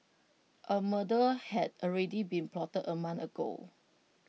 A murder had already been plotted A month ago